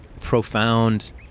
profound